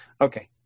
Okay